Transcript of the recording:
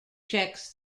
cheques